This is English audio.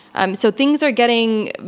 um so, things are getting.